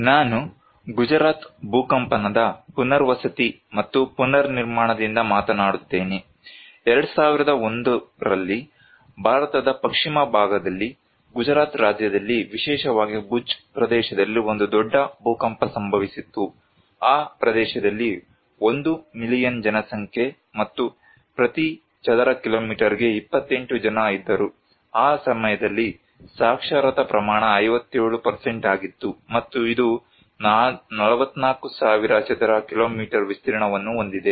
ನಾನು ಗುಜರಾತ್ ಭೂಕಂಪನದ ಪುನರ್ವಸತಿ ಮತ್ತು ಪುನರ್ನಿರ್ಮಾಣದಿಂದ ಮಾತನಾಡುತ್ತೇನೆ 2001 ರಲ್ಲಿ ಭಾರತದ ಪಶ್ಚಿಮ ಭಾಗದಲ್ಲಿ ಗುಜರಾತ್ ರಾಜ್ಯದಲ್ಲಿ ವಿಶೇಷವಾಗಿ ಭುಜ್ ಪ್ರದೇಶದಲ್ಲಿ ಒಂದು ದೊಡ್ಡ ಭೂಕಂಪ ಸಂಭವಿಸಿತ್ತು ಆ ಪ್ರದೇಶದಲ್ಲಿ 1 ಮಿಲಿಯನ್ ಜನಸಂಖ್ಯೆ ಮತ್ತು ಪ್ರತಿ ಚದರ ಕಿಲೋಮೀಟರಿಗೆ 28 ಜನ ಇದ್ದರು ಆ ಸಮಯದಲ್ಲಿ ಸಾಕ್ಷರತಾ ಪ್ರಮಾಣ 57 ಆಗಿತ್ತು ಮತ್ತು ಇದು 44000 ಚದರ ಕಿಲೋಮೀಟರ್ ವಿಸ್ತೀರ್ಣವನ್ನು ಹೊಂದಿದೆ